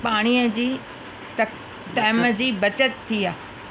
पाणीअ जी टाइम जी बचति थी आहे